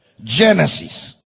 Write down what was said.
genesis